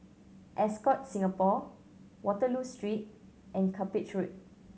Ascott Singapore Waterloo Street and Cuppage Road